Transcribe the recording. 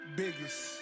biggest